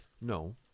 No